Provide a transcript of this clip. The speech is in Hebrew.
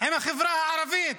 עם החברה הערבית,